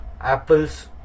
Apple's